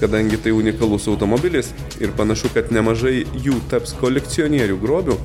kadangi tai unikalus automobilis ir panašu kad nemažai jų taps kolekcionierių grobiu